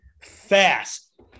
fast